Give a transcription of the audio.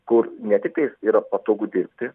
kur ne tiktais yra patogu dirbti